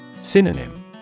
Synonym